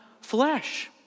flesh